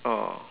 ah